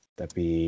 tapi